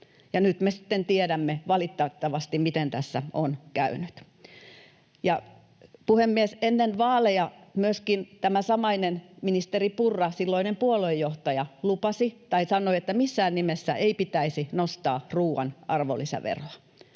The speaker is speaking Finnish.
nyt me sitten valitettavasti tiedämme, miten tässä on käynyt. Puhemies! Ennen vaaleja myöskin tämä samainen ministeri Purra, silloinen puoluejohtaja, sanoi, että missään nimessä ei pitäisi nostaa ruuan arvonlisäveroa.